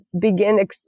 begin